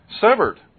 Severed